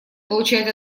получают